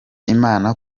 imana